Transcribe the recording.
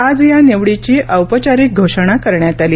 आज या निवडीची औपचारिक घोषणा करण्यात आली